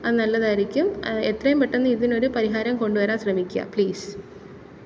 അത് നല്ലതായിരിക്കും എത്രയും പെട്ടെന്ന് ഇതിനൊരു പരിഹാരം കൊണ്ടുവരാൻ ശ്രമിയ്ക്കുക പ്ലീസ്